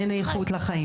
אין איכות לחיים.